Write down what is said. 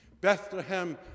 Bethlehem